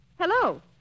Hello